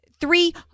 Three